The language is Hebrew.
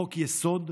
חוק-יסוד: